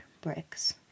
bricks